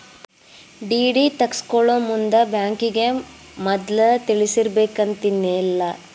DD ತಗ್ಸ್ಕೊಳೊಮುಂದ್ ಬ್ಯಾಂಕಿಗೆ ಮದ್ಲ ತಿಳಿಸಿರ್ಬೆಕಂತೇನಿಲ್ಲಾ